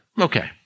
Okay